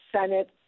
Senate